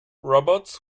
robots